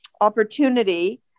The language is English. opportunity